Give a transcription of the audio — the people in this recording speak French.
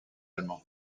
allemand